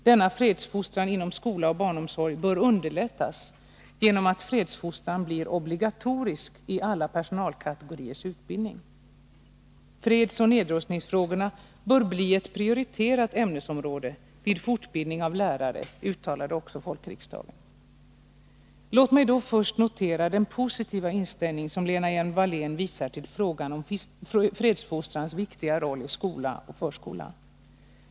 Denna fredsfostran inom skola och barnomsorg bör underlättas genom att fredsfostran blir obligatorisk i alla personalkategoriers utbildning. Fredsoch nedrustningsfrågorna bör bli ett prioriterat ämnesområde vid fortbildning av lärare, uttalade också folkriksdagen. Låt mig då först notera den positiva inställning som Lena Hjelm-Wallén visar till frågan om fredsfostrans viktiga roll i skolan och förskolan.